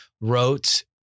wrote